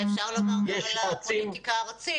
את זה אפשר לומר גם על הפוליטיקה הארצית.